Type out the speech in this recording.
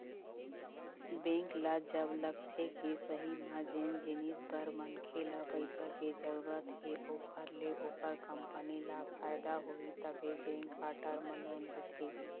bank ल जब लगथे के सही म जेन जिनिस बर मनखे ल पइसा के जरुरत हे ओखर ले ओखर कंपनी ल फायदा होही तभे बेंक ह टर्म लोन देथे